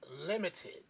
limited